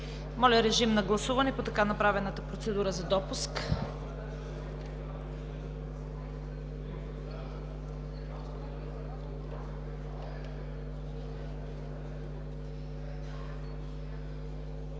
Моля, режим на гласуване по така направената процедура за допуск.